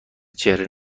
چهره